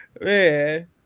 Man